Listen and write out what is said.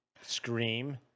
scream